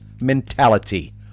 mentality